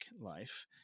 life